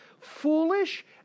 foolish